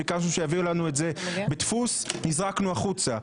ביקשנו שיביאו לנו את זה בדפוס נזרקנו החוצה.